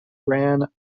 ran